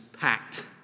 packed